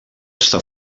està